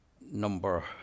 number